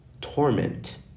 torment